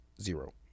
Zero